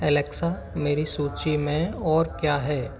Alexa मेरी सूची में और क्या है